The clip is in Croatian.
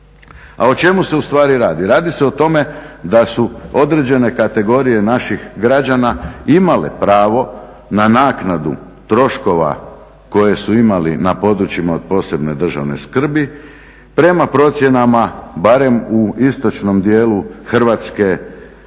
A o čemu se u stvari radi? Radi se o tome da su određene kategorije naših građana imale pravo na naknadu troškova koje su imali na područjima od posebne državne skrbi prema procjenama barem u istočnom dijelu hrvatske kuće